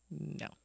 No